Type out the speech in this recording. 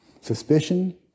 suspicion